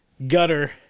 Gutter